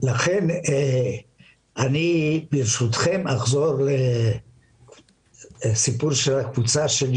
אני ברשותכם אחזור לסיפור של הקבוצה שלי,